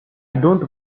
don’t